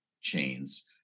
chains